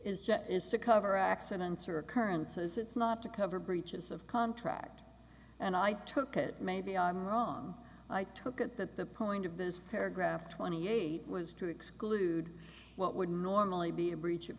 jet is to cover accidents or occurrences it's not to cover breaches of contract and i took it maybe i'm wrong i took it that the point of this paragraph twenty eight was to exclude what would normally be a breach of